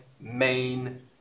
main